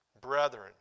brethren